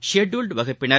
scheduled வகுப்பினர்